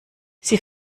sie